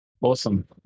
Awesome